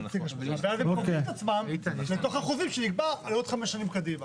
ואז הם כובלים את עצמם לתוך החוזים שנקבע לעוד חמש שנים קדימה.